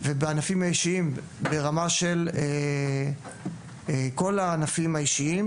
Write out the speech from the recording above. ובענפים האישיים ברמה של כל הענפים האישיים,